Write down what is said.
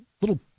little